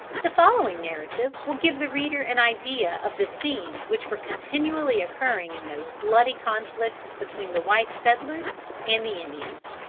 the following narrative will give the reader an idea of the scenes which were continually occurring in those bloody conflicts between the white settlers and the indians